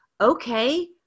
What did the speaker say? okay